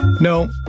No